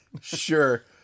sure